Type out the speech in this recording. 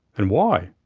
and why?